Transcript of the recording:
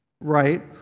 right